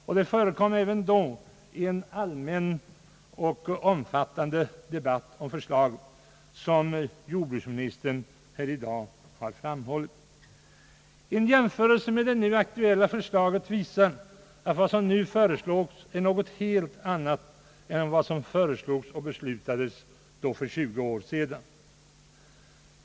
Även den gången förekom en allmän och omfattande debatt om förslaget, vilket jordbruksministern i dag Har framhållit. En jämförelse med det: nu aktuella förslaget visar, att vad som nu föreslås är något helt annat än vad som föreslogs och beslutades för 20 år sedan.